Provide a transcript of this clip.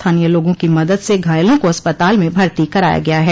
स्थानीय लोगों की मदद से घायलों को अस्पताल में भर्ती कराया गया है